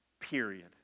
Period